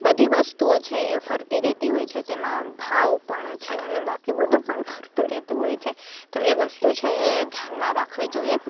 બધી વસ્તુઓ છે એ ફરતી રહેતી હોય છે તેમાં ભાવ પણ છે ને બાકી બધું પણ ફરતું રહેતું હોય છે તો એ વસ્તુ છે એ ધ્યાનમાં રાખવી જોઈએ